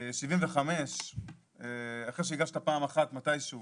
75 אחרי שהגשת פעם אחת מתישהו